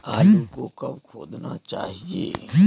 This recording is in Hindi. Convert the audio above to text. आलू को कब खोदना चाहिए?